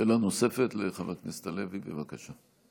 שאלה נוספת לחבר הכנסת הלוי, בבקשה.